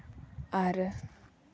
ᱟᱨ